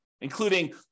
including